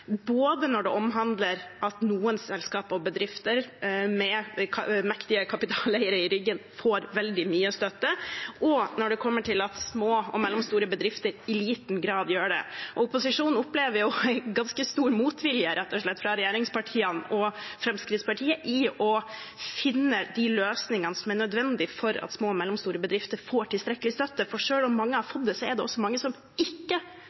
både når det omhandler at noen selskaper og bedrifter med mektige kapitaleiere i ryggen får veldig mye støtte, og når det gjelder at små og mellomstore bedrifter i liten grad gjør det. Opposisjonen opplever rett og slett ganske stor motvilje fra regjeringspartiene og Fremskrittspartiet mot å finne de løsningene som er nødvendige for at små og mellomstore bedrifter får tilstrekkelig støtte. For selv om mange har fått det, er det også mange som ikke